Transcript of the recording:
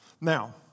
Now